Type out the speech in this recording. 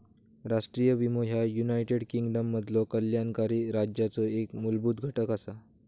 राष्ट्रीय विमो ह्या युनायटेड किंगडममधलो कल्याणकारी राज्याचो एक मूलभूत घटक असा